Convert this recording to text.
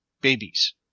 babies